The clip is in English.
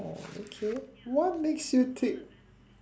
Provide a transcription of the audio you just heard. orh okay what makes you think